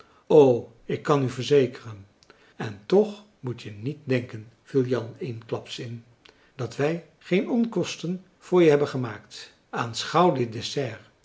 ik kan u verzekeren en toch moet je niet denken viel jan eenklaps in dat wij geen onkosten voor je hebben gemaakt aanmarcellus